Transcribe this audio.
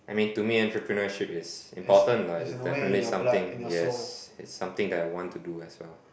I mean to me entrepreneurship is important lah it's definitely something yes it's something that I want to do as well